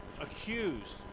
accused